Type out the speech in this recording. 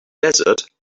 desert